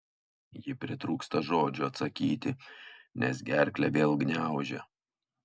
ji pritrūksta žodžių atsakyti nes gerklę vėl gniaužia